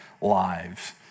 lives